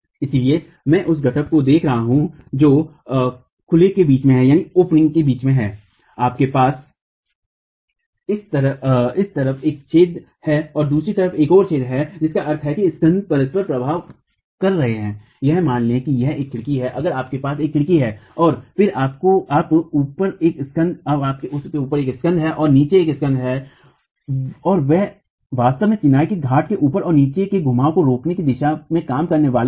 इसलिए मैं उस घाट को देख रहा हूं जो खुले के बीच में है मेरे पास इस तरफ एक छेद है दूसरी तरफ एक और छेद है जिसका अर्थ है कि स्कन्ध परस्पर पराभव कर रहे हैं यह मान लें कि यह एक खिड़की है अगर आपके पास एक खिड़की है और फिर आप ऊपर एक स्कन्ध है और नीचे एक स्कन्ध है और वे वास्तव में चिनाई के घाट के ऊपर और नीचे के घुमावों को रोकने की दिशा में काम करने वाले हैं